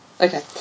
okay